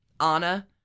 Anna